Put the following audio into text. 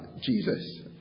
Jesus